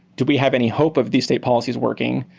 do we have any hope of these state policies working?